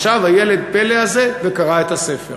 ישב ילד הפלא הזה וקרא את הספר.